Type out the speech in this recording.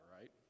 right